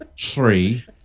Three